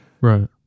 Right